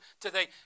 today